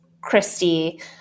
Christy